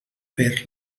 fer